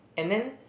and then